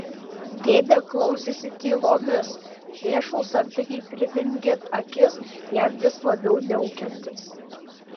dėdė klausėsi tylomis vešlūs antakiai pridengė akis jam vis labiau niaukiantis